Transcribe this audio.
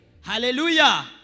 Hallelujah